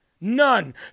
None